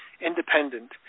independent